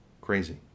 Crazy